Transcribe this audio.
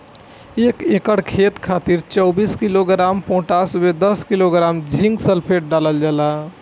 एक एकड़ खेत खातिर चौबीस किलोग्राम पोटाश व दस किलोग्राम जिंक सल्फेट डालल जाला?